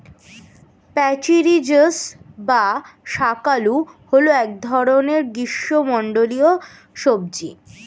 প্যাচিরিজাস বা শাঁকালু হল এক ধরনের গ্রীষ্মমণ্ডলীয় সবজি